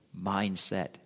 mindset